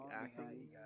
acting